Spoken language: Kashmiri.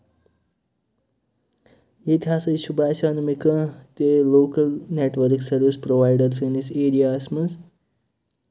ییٚتہِ ہسا چھُ باسیٚو نہٕ مےٚ کانٛہہ تہِ local network service provider سٲنِس ایریاہَس منٛز